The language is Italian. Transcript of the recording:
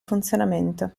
funzionamento